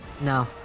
No